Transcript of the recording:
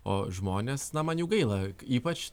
o žmonės na man jų gaila ypač